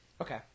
Okay